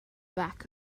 back